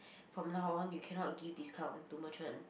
from now on you cannot give discount to merchant